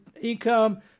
income